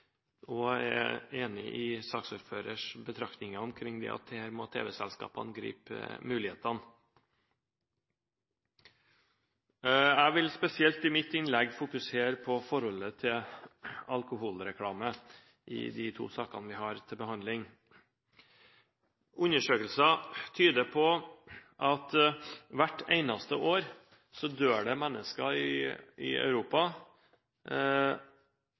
og jeg er enig i saksordførers betraktninger om at her må tv-selskapene gripe mulighetene. I mitt innlegg vil jeg spesielt fokusere på forholdet til alkoholreklame i de to sakene vi har til behandling. Undersøkelser tyder på at det i Europa hvert eneste år dør like mange mennesker